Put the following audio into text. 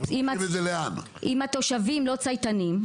אם התושבים לא צייתנים,